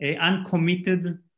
uncommitted